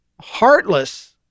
heartless